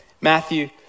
Matthew